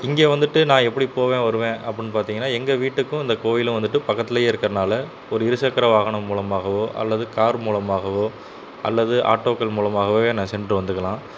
இங்கே வந்துவிட்டு நான் எப்படி போவேன் வருவேன் அப்படின்னு பார்த்திங்கன்னா எங்கள் வீட்டுக்கும் இந்த கோவிலும் வந்துவிட்டு பக்கத்துலேயே இருக்கறதுனால ஒரு இரு சக்கர வாகனம் மூலமாகவோ அல்லது கார் மூலமாகவோ அல்லது ஆட்டோக்கள் மூலமாகவே நான் சென்று வந்துக்கலாம்